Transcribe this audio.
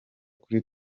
kuri